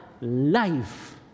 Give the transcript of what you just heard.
life